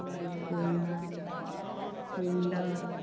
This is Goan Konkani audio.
वालपय फोंडा